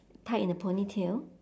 tied in a ponytail